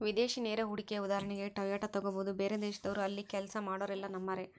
ವಿದೇಶಿ ನೇರ ಹೂಡಿಕೆಯ ಉದಾಹರಣೆಗೆ ಟೊಯೋಟಾ ತೆಗಬೊದು, ಬೇರೆದೇಶದವ್ರು ಅಲ್ಲಿ ಕೆಲ್ಸ ಮಾಡೊರೆಲ್ಲ ನಮ್ಮರೇ